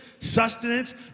sustenance